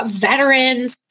veterans